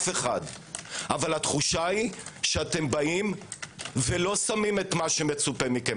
אבל התחושה היא שאתם באים ולא שמים את מה שמצופה מכם